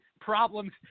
problems